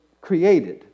created